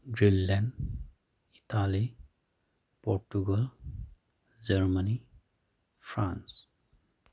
Greenland Italy Portugal Germany France